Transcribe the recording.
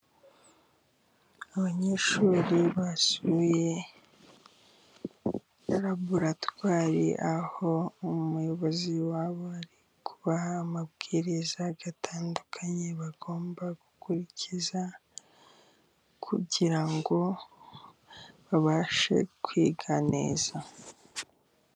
Abanyeshuri basuye raboratwari, aho umuyobozi wabo ari kubaha amabwiriza atandukanye bagomba gukurikiza, kugira ngo babashe kwiga neza.